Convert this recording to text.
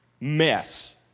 mess